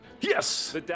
Yes